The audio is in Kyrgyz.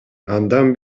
андан